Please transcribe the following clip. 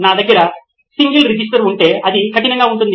నా దగ్గర single register ఉంటే అది కఠినంగా ఉంటుంది